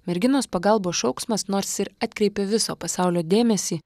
merginos pagalbos šauksmas nors ir atkreipė viso pasaulio dėmesį